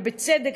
ובצדק,